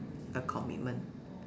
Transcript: a commitment